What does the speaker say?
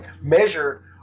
measured